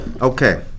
Okay